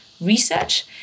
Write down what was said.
research